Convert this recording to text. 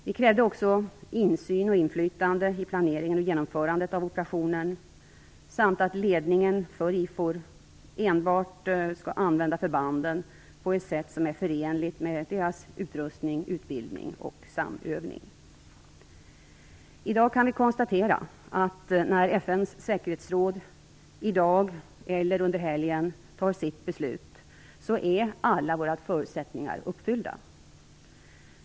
Vi krävde också insyn och inflytande i planeringen och genomförandet av operationen samt att ledningen för IFOR enbart skall använda förbanden på ett sätt som är förenligt med deras utrustning, utbildning och samövning. När FN:s säkerhetsråd i dag eller under helgen tar sitt beslut, kan vi konstatera att alla våra förutsättningar är uppfyllda.